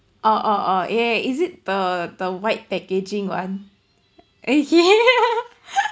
orh orh orh yeah is it the the white packaging one uh yeah